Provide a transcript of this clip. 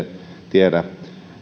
tiedä